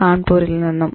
കാൺപൂരിൽ നിന്നും